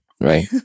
right